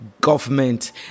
government